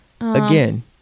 Again